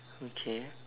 okay